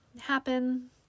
happen